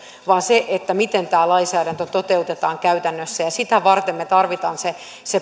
vaan se miten tämä lainsäädäntö toteutetaan käytännössä ja sitä varten me tarvitsemme